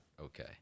okay